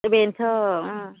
बेन्थ'ओम